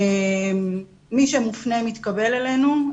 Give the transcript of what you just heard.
מי שמופנה מתקבל אלינו,